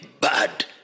bad